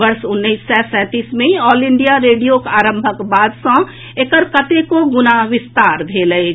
वर्ष उन्नैस सय सैंतीस मे ऑल इंडिया रेडियोक आरंभक बाद सँ एकर कतेको गुना विस्तार भेल अछि